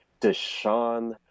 Deshaun